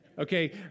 Okay